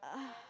uh